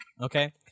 okay